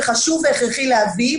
חשוב והכרחי להביא,